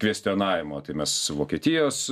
kvestionavimo tai mes vokietijos